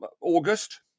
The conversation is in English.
august